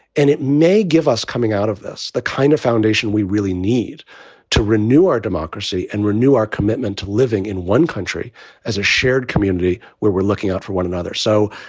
and it may give us coming out of this the kind of foundation we really need to renew our democracy and renew our commitment to living in one country as a shared community where we're looking out for one another. so,